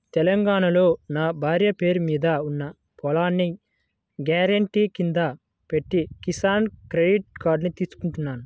తెలంగాణాలో నా భార్య పేరు మీద ఉన్న పొలాన్ని గ్యారెంటీ కింద పెట్టి కిసాన్ క్రెడిట్ కార్డుని తీసుకున్నాను